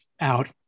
out